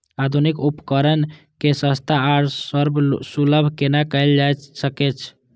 आधुनिक उपकण के सस्ता आर सर्वसुलभ केना कैयल जाए सकेछ?